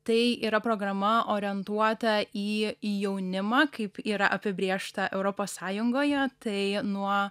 tai yra programa orientuota į jaunimą kaip yra apibrėžta europos sąjungoje tai nuo